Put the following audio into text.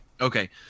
okay